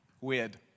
Weird